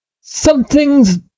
Something's